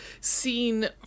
seen